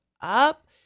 up